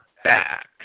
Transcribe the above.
Back